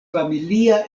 familia